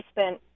spent